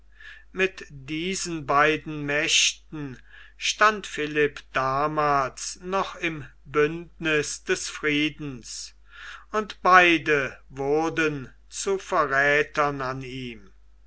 mit diesen beiden mächten stand philipp damals noch im bündniß des friedens und beide wurden zu verräthern an ihm